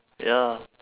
ya